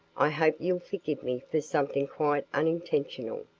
i hope you'll forgive me for something quite unintentional.